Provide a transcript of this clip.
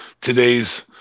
today's